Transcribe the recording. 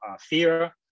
fear